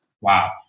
Wow